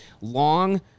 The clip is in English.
long